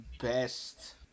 best